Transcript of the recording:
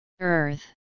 Earth